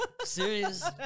Serious